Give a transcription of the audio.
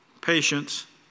patience